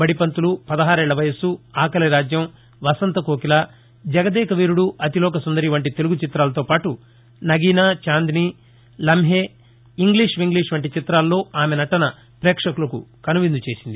బడిపంతులు పదహారేళ్ళ వయసు ఆకలిరాజ్యం వసంతకోకిల జగదేకవీరుడు అతిలోకసుందరి వంటి తెలుగు చిత్రాలతో పాటు నగీనా చాందినీ లమ్హే ఇంగ్లీష్ వింగ్లీష్ వంటి చిత్రాలతో ఆమె నటన పేక్షకులకు కనువిందు చేసింది